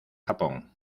japón